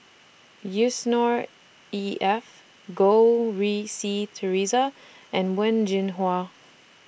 Yusnor E F Goh Rui Si Theresa and Wen Jinhua